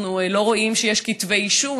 אנחנו לא רואים שיש כתבי אישום,